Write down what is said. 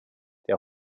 der